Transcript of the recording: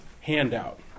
handout